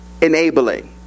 enabling